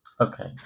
Okay